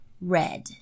red